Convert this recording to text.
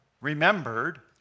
remembered